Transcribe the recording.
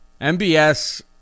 MBS